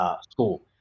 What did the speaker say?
school